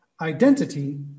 identity